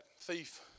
thief